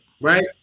Right